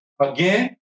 again